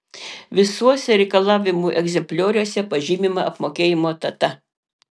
visuose reikalavimų egzemplioriuose pažymima apmokėjimo data